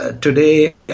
today